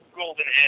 golden